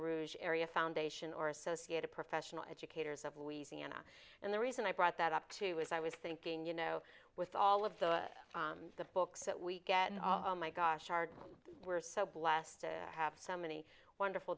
rouge area foundation or associated professional educators of louisiana and the reason i brought that up too is i was thinking you know with all of the books that we get all my gosh are we're so blessed to have so many wonderful